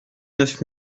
neuf